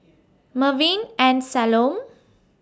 Mervin and Salome